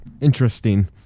interesting